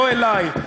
לא אלי.